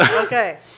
okay